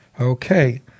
Okay